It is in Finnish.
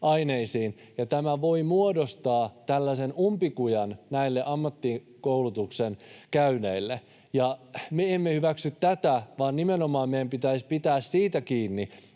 aineisiin, ja tämä voi muodostaa tällaisen umpikujan näille ammattikoulutuksen käyneille. Me emme hyväksy tätä, vaan nimenomaan meidän pitäisi pitää siitä kiinni,